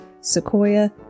Sequoia